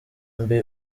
mbi